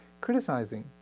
criticizing